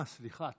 בבקשה, סליחה,